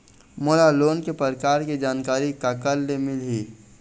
मोला लोन के प्रकार के जानकारी काकर ले मिल ही?